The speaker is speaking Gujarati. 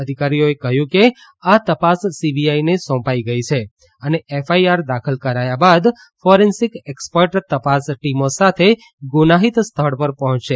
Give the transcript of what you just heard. અધિકારીઓએ કહ્યું કે આ તપાસ સીબીઆઈને સોંપાઈ ગઈ છે અને એફઆઈઆર દાખલ કરાયા બાદ ફોરેન્સિક એક્સપર્ટ તપાસ ટીમો સાથે ગુનાહિત સ્થળ પર પહોંચશે